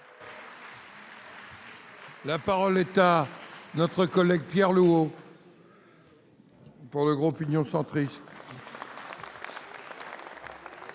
La parole est à notre collègue Pierre eau pour le groupe Union centriste.